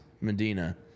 Medina